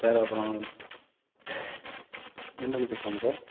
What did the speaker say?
sir அப்புறம் entrance எக்ஸாமா sir